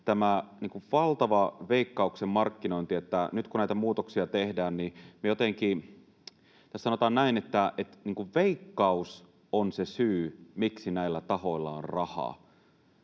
valtava Veikkauksen markkinointi, että nyt kun näitä muutoksia tehdään, niin sanotaan näin, että Veikkaus on se syy, miksi näillä tahoilla on rahaa.